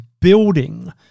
building